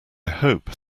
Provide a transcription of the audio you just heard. hope